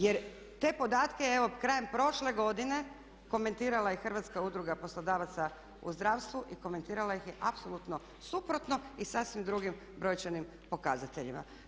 Jer te podatke evo krajem prošle godine, komentirala je i Hrvatska udruga poslodavaca u zdravstvu i komentirala ih je apsolutno suprotno i sasvim drugim brojčanim pokazateljima.